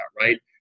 right